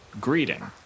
greeting